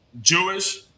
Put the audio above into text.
Jewish